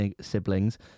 siblings